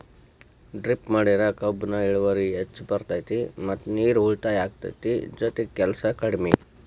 drip ಮಾಡಿದ್ರ ಕಬ್ಬುನ ಇಳುವರಿ ಹೆಚ್ಚ ಬರ್ತೈತಿ ಮತ್ತ ನೇರು ಉಳಿತಾಯ ಅಕೈತಿ ಜೊತಿಗೆ ಕೆಲ್ಸು ಕಡ್ಮಿ